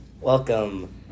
Welcome